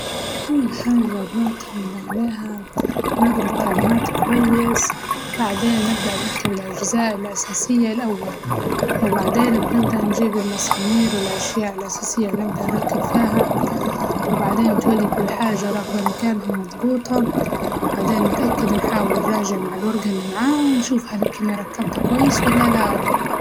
أو حاجة بنعتمد عليها نقرا التعليمات كويس بعدين نبدأ نركب الأجزاء الأساسية الأول، وبعدين بنبدأ نجيب المسامير والأشياء الأساسية نبدأ نركب فاها وبعدين نتولي كل حاجة راكبة مكانها مظبوطة بعدين نتأكد نحاول نراجع مع الورقة اللي معها ونشوف هل ركبت كويس ولا لا.